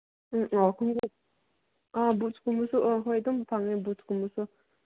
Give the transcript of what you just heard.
ꯎꯝ ꯑꯧ ꯑꯥ ꯕꯨꯠꯁꯀꯨꯝꯕꯁꯨ ꯑꯥ ꯍꯣꯏ ꯑꯗꯨꯝ ꯐꯪꯉꯦ ꯕꯨꯠꯁꯀꯨꯝꯕꯁꯨ